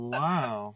wow